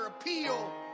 appeal